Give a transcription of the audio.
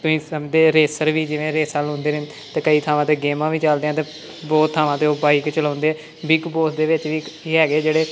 ਤੁਸੀਂ ਸਮਝਦੇ ਰੇਸਰ ਵੀ ਜਿਵੇਂ ਰੇਸਾਂ ਲਾਉਂਦੇ ਨੇ ਕਈ ਥਾਵਾਂ 'ਤੇ ਗੇਮਾਂ ਵੀ ਚਲਦੀਆਂ ਅਤੇ ਬਹੁਤ ਥਾਵਾਂ 'ਤੇ ਉਹ ਬਾਈਕ ਚਲਾਉਂਦੇ ਬਿਗ ਬੋਸ ਦੇ ਵਿੱਚ ਵੀ ਇਹ ਹੈਗੇ ਜਿਹੜੇ